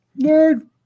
nerd